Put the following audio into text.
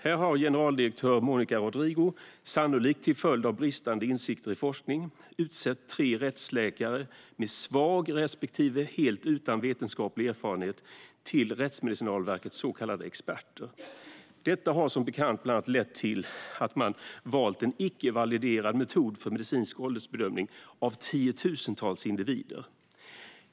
Här har GD Monica Rodrigo, sannolikt till följd av bristande insikter i forskning, utsett tre rättsläkare - med svag respektive utan vetenskaplig erfarenhet - till RMVs 'experter'. Detta har som bekant bland annat lett till att man valt en icke validerad metod för medicinsk åldersbedömning av tiotusentals individer.